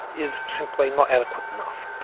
is simply not adequate enough.